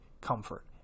comfort